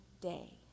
day